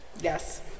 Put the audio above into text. Yes